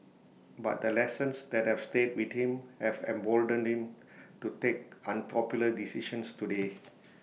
but the lessons that have stayed with him have emboldened him to take unpopular decisions today